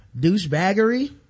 Douchebaggery